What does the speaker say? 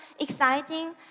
exciting